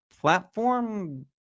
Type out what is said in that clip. platform